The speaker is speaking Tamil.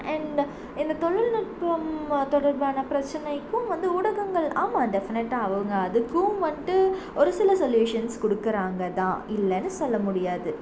அண்ட் இந்த இந்த தொழில்நுட்பம் தொடர்பான பிரச்சனைக்கும் வந்து ஊடகங்கள் ஆமாம் டெஃபனெட்டாக அவங்க அதுக்கும் வந்துட்டு ஒரு சில சொல்யூஷன்ஸ் கொடுக்குறாங்க தான் இல்லைன்னு சொல்ல முடியாது